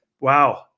wow